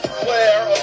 flare